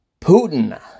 Putin